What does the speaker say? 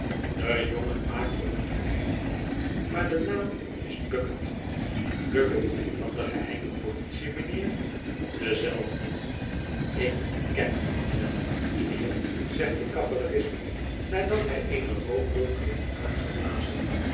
de jongen maakt er een geheim van maar de naam is bucket bucket van de geheime politie mijnheer dezelfde ik ken dien man wel mijnheer zegt de cavalerist nadat hij eene rookwolk heeft